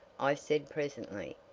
i said presently.